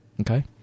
Okay